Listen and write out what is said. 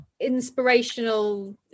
inspirational